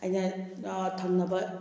ꯑꯩꯅ ꯊꯪꯅꯕ